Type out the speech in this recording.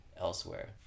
elsewhere